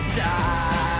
die